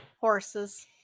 Horses